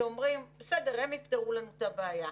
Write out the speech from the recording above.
אומרים, הם יפתרו לנו את הבעיה.